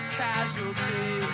casualty